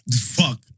fuck